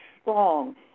strong